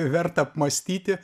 vertą apmąstyti